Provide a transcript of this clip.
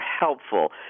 helpful